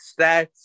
stats